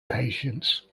patients